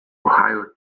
ohio